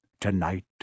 tonight